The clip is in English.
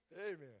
Amen